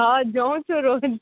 હા જોઉં છું રોજ